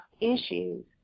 issues